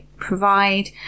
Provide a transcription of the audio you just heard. provide